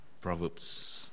Proverbs